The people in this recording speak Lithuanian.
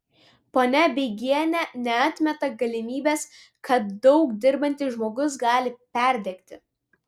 ponia beigienė neatmeta galimybės kad daug dirbantis žmogus gali perdegti